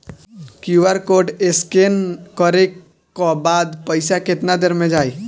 QR code scan न करे क बाद पइसा केतना देर म जाई?